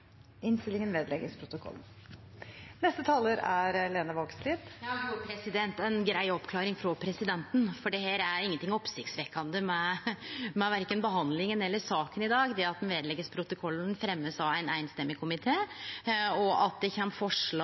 grei oppklaring frå presidenten, for det er ikkje noko oppsiktsvekkjande med verken behandlinga eller saka i dag. Det at den blir vedlagd protokollen, blir fremja av ein samrøystes komité, og at det kjem forslag